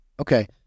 Okay